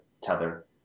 tether